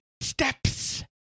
steps